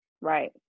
Right